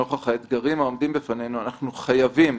נוכח האתגרים העומדים בפנינו אנחנו חייבים